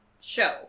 show